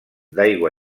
d’aigua